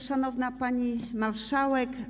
Szanowna Pani Marszałek!